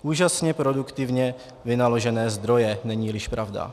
Úžasně produktivně vynaložené zdroje, neníliž pravda!